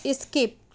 skip